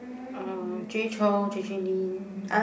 um Jay-Chou J_J-Lin